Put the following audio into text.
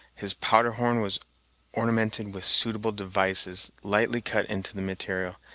his powder-horn was ornamented with suitable devices lightly cut into the material,